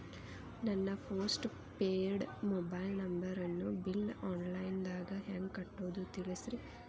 ನನ್ನ post paid mobile ನಂಬರನ್ನು bill online ದಾಗ ಹೆಂಗ್ ಕಟ್ಟೋದು ತಿಳಿಸ್ರಿ